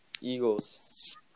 Eagles